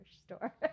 store